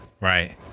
right